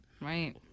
right